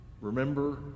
Remember